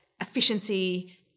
efficiency